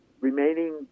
remaining